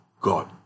God